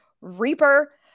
Reaper